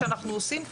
שאנחנו עושים.